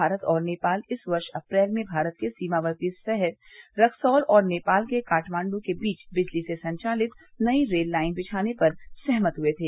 भारत और नेपाल इस वर्ष अप्रैल में भारत के सीमार्क्ती शहर रक्सॉल और नेपाल के काठमांडू के बीच बिजली से संचालित नई रेल लाइन बिछाने पर सहमत हुए थे